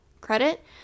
credit